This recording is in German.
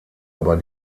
aber